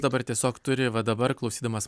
dabar tiesiog turi va dabar klausydamas